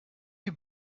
die